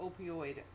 opioid